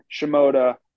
Shimoda